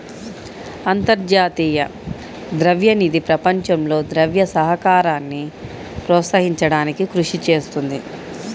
అంతర్జాతీయ ద్రవ్య నిధి ప్రపంచంలో ద్రవ్య సహకారాన్ని ప్రోత్సహించడానికి కృషి చేస్తుంది